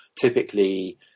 typically